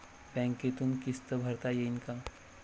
बँकेतून किस्त भरता येईन का?